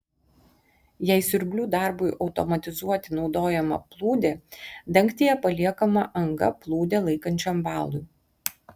jei siurblių darbui automatizuoti naudojama plūdė dangtyje paliekama anga plūdę laikančiam valui